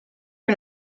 que